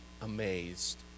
amazed